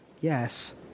Yes